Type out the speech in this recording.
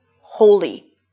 holy